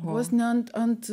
vos ne ant ant